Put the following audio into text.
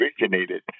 originated